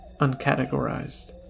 uncategorized